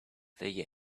they